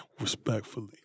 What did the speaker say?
Respectfully